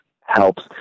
helps